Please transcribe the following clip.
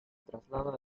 traslada